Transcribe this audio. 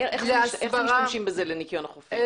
איך משתמשים בזה לניקיון החופים?